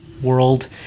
world